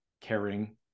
caring